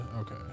Okay